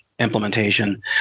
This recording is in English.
implementation